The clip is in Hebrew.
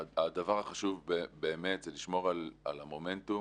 הדבר החשוב באמת זה לשמור על המומנטום,